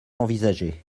envisagée